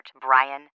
Brian